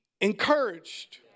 encouraged